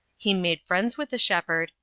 he made friends with the shepherd,